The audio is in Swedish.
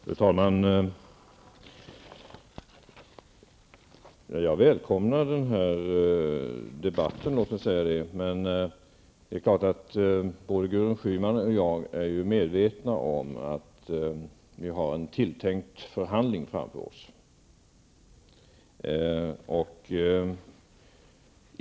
Fru talman! Jag välkomnar den här debatten, men både Gudrun Schyman och jag är medvetna om att vi har en tilltänkt förhandling framför oss.